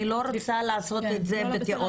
אני לא רוצה לעשות את זה בתיאוריות.